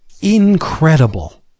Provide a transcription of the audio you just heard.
Incredible